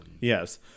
Yes